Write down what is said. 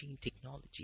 technology